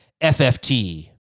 FFT